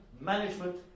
management